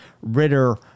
Ritter